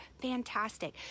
fantastic